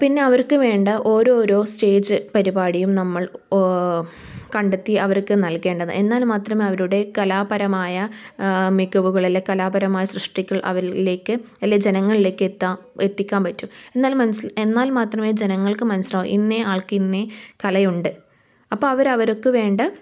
പിന്നെ അവർക്ക് വേണ്ട ഓരോരോ സ്റ്റേജ് പരിപാടിയും നമ്മൾ കണ്ടെത്തി അവർക്ക് നൽകേണ്ടത എന്നാൽ മാത്രമേ അവരുടെ കലാപരമായ മികവുകൾ അല്ലേൽ കലാപരമായ സൃഷ്ടികൾ അവരിലേക്ക് അല്ലെൽ ജങ്ങളിലേക്ക് എത്ത എത്തിക്കാൻ പറ്റു എന്നാൽ മനസ്സി എന്നാൽ മാത്രമേ ജനങ്ങൾക്ക് മനസ്സിലാവു ഇന്ന് ആൾക്ക് ഇന്ന് കലയുണ്ട് അപ്പ അവര് അവർക്ക് വേണ്ട